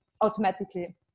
automatically